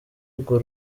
urwo